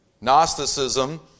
Gnosticism